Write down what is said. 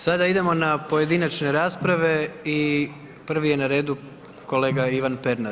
Sada idemo na pojedinačne rasprave i prvi je na redu kolega Ivan Pernar.